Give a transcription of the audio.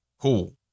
cool